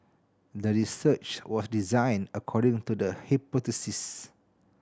the research was designed according to the hypothesis